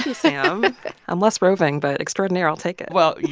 sam i'm less roving. but extraordinaire i'll take it well, yeah